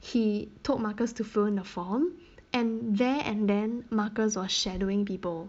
he told marcus to fill in the form and there and then marcus was shadowing people